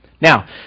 Now